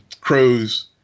crows